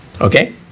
okay